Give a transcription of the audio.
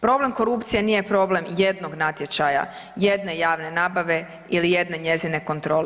Problem korupcije nije problem jednog natječaja, jedne javne nabave ili jedne njezine kontrole.